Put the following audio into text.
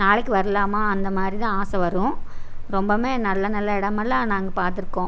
நாளைக்கு வரலாமா அந்த மாதிரி தான் ஆசை வரும் ரொம்பவும் நல்ல நல்ல இடமெல்லாம் நாங்கள் பார்த்துருக்கோம்